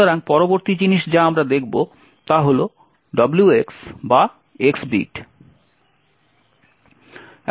সুতরাং পরবর্তী জিনিস যা আমরা দেখব তা হল WX বা X বিট